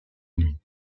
nuit